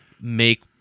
make